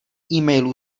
emailů